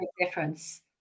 difference